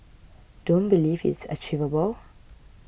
don't believe it's achievable